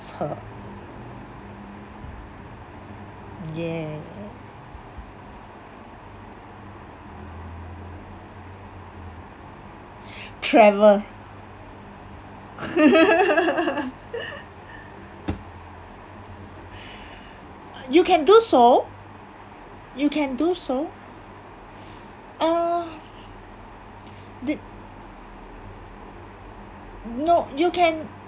her yeah travel you can do so you can do so uh the nope you can